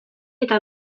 eta